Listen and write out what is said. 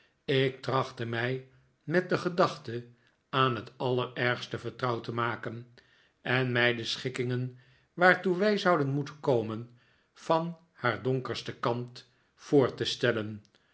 ik trachtte mij met de gedachte aan het allerergste vertrouwd te maken en mij de schikkingen waartoe wij zouden moeten komen van haar donkersten kant voor te stellen